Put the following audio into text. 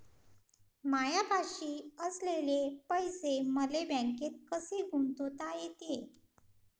मायापाशी असलेले पैसे मले बँकेत कसे गुंतोता येते?